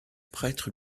prêtre